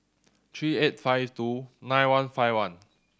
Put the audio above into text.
three eight five two nine one five one